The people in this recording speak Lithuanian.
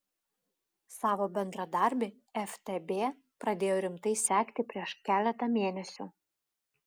savo bendradarbį ftb pradėjo rimtai sekti prieš keletą mėnesių